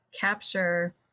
capture